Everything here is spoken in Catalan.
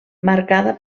marcada